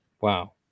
Wow